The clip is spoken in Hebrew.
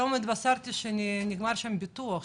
היום התבשרתי שנגמר שם הביטוח,